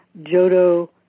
Jodo